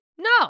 No